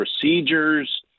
procedures